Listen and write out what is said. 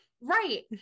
Right